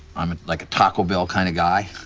i'm like a taco bell kind of guy?